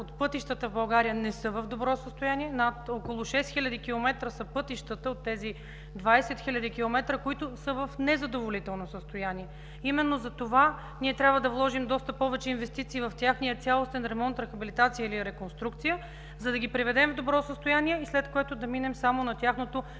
от пътищата в България не са в добро състояние. Над около 6 хил. км са пътищата от тези 20 хил. км, които са в незадоволително състояние. Именно затова ние трябва да вложим доста повече инвестиции в техния цялостен ремонт, рехабилитация или реконструкция, за да ги преведем в добро състояние, след което да минем само на тяхното